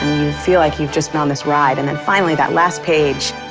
feel like you've just been on this ride, and then finally that last page,